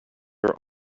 are